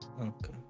okay